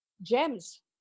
Gems